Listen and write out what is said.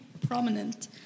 prominent